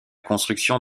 construction